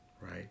right